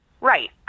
Right